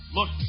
Look